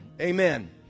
Amen